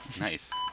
nice